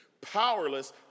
Powerless